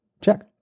Check